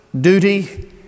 duty